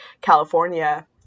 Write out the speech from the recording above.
California